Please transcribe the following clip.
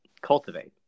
cultivate